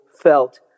felt